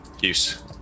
use